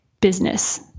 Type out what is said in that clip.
business